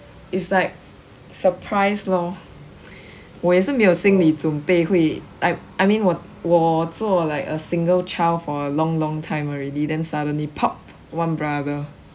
it's like surprise lor 我也是没有心理准备会 I I mean 我我做 like a single child for a long long time already then suddenly pop one brother